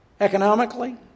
economically